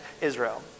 Israel